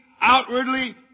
outwardly